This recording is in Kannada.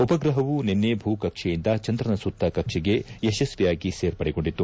ಉಪಗ್ರಹವು ನಿನ್ನೆ ಭೂಕಕ್ಷೆಯಿಂದ ಚಂದ್ರನ ಸುತ್ತ ಕಕ್ಷೆಗೆ ಯಶಸ್ವಿಯಾಗಿ ಸೇರ್ಪಡೆಗೊಂಡಿತ್ತು